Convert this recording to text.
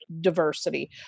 diversity